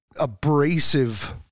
abrasive